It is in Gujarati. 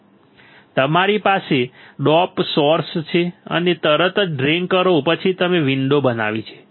પછી તમારી પાસે ડોપ સોર્સ છે અને તરત જ ડ્રેઇન કરો પછી તમે વિન્ડોઝ બનાવી છે